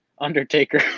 Undertaker